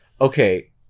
okay